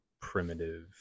primitive